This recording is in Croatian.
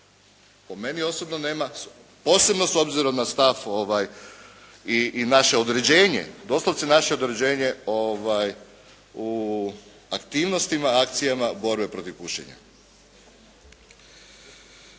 Po meni osobno nema, posebno s obzirom na stav i naše određenje, doslovce naše određenju u aktivnostima, akcijama borbe protiv pušenja.